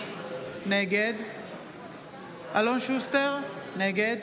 נגד אלון שוסטר, נגד